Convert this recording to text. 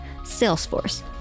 Salesforce